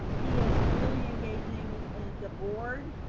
um he has really engaging the board,